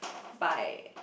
by